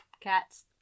Cats